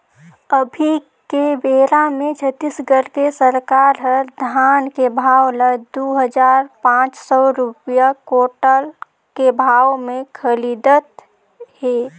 अभी के बेरा मे छत्तीसगढ़ के सरकार हर धान के भाव ल दू हजार पाँच सौ रूपिया कोंटल के भाव मे खरीदत हे